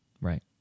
right